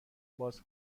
باز